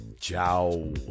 ciao